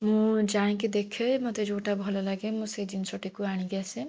ମୁଁ ଯାଇକି ଦେଖେ ମୋତେ ଯେଉଁଟା ଭଲଲାଗେ ମୁଁ ସେଇ ଜିନିଷଟିକୁ ଆଣିକି ଆସେ